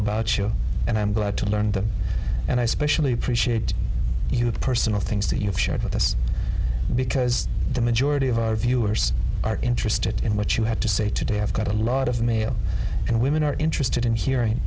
about show and i'm glad to learn and i especially appreciate your personal things that you've shared with us because the majority of our viewers are interested in what you have to say today i've got a lot of mail and women are interested in hearing